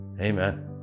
Amen